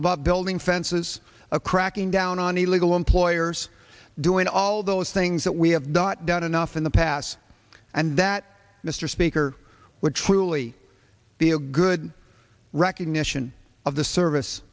about building fences a cracking down on illegal employers doing all those things that we have not done enough in the past and that mr speaker would truly be a good recognition of the service